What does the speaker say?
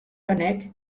honek